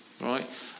Right